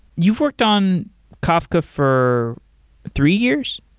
you've worked on kafka for three years?